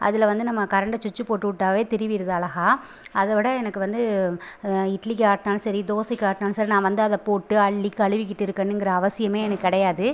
அதில் வந்து நம்ம கரண்டு சுச்சு போட்டு விட்டாவே திரிவிருது அழஹா அதை விட எனக்கு வந்து இட்லிக்கு ஆட்டினாலும் சரி தோசைக்கு ஆட்டினாலும் சரி நான் வந்து அதை போட்டு அள்ளி கழுவிகிட்டு இருக்கனுங்கிற அவசியமே எனக் கிடையாது